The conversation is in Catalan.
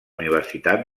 universitat